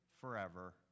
forever